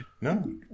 No